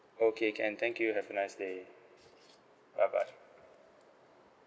okay can thank you have a nice day bye bye